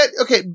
Okay